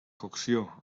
cocció